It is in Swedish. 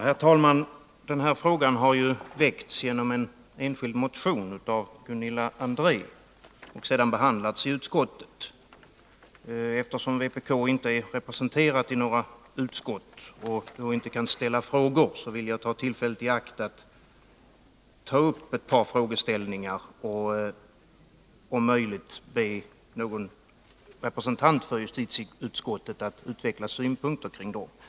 Herr talman! Den här frågan har ju väckts genom en enskild motion av Gunilla André och sedan behandlats i utskottet. Eftersom vpk inte är representerat i några utskott och alltså inte kan ställa frågor i utskott, vill jag ta tillfället i akt att ta upp ett par frågeställningar och be någon representant för justitieutskottet att om möjligt utveckla synpunkter kring dem.